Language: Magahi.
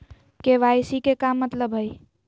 के.वाई.सी के का मतलब हई?